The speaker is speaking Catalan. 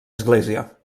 església